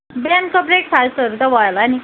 बिहानको ब्रेकफास्टहरू त भयो होला नि